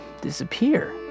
disappear